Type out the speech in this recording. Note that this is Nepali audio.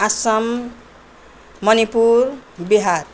असम मणिपुर बिहार